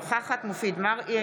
אינה נוכחת מופיד מרעי,